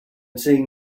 seeing